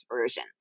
Version